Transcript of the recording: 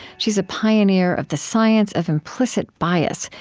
she's a pioneer of the science of implicit bias,